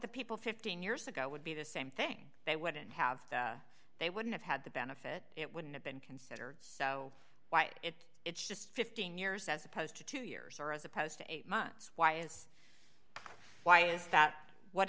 the people fifteen years ago would be the same thing they wouldn't have they wouldn't have had the benefit it wouldn't have been considered so why is it it's just fifteen years as opposed to two years or as opposed to eight months why is why is that what